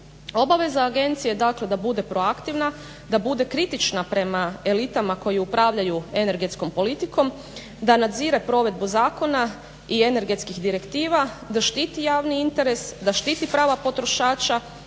Obaveza agencije je dakle da bude proaktivna, da bude kritična prema elitama koji upravljaju energetskom politikom, da nadzire provedbu zakona i energetskih direktiva, da štiti javni interes, da štiti prava potrošača,